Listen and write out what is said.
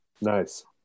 Nice